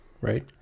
right